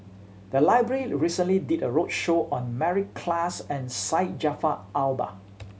the library recently did a roadshow on Mary Klass and Syed Jaafar Albar